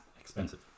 expensive